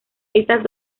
estas